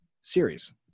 series